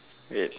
wait